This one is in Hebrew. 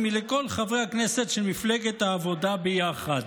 מלכל חברי הכנסת של מפלגת העבודה ביחד.